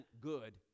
good